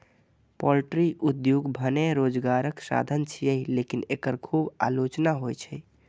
poultry उद्योग भने रोजगारक साधन छियै, लेकिन एकर खूब आलोचना होइ छै